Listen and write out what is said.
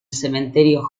cementerio